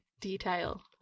detail